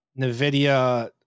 NVIDIA